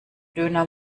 döner